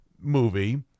movie